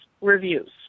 reviews